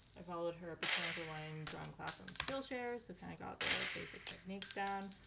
i followed her botanical line drawing class on skillshare so kind of got the basic techniques down.